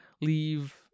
leave